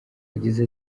yagize